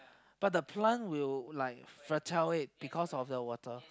but the plant will fertile it because of the water